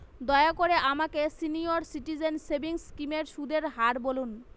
দয়া করে আমাকে সিনিয়র সিটিজেন সেভিংস স্কিমের সুদের হার বলুন